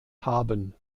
haben